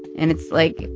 and it's, like,